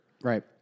Right